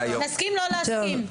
נסכים לא להסכים.